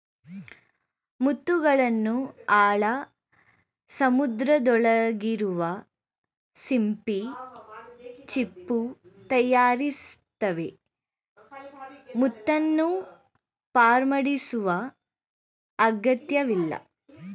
ಮುತ್ತುಗಳನ್ನು ಆಳ ಸಮುದ್ರದೊಳಗಿರುವ ಸಿಂಪಿ ಚಿಪ್ಪು ತಯಾರಿಸ್ತವೆ ಮುತ್ತನ್ನು ಮಾರ್ಪಡಿಸುವ ಅಗತ್ಯವಿಲ್ಲ